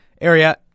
area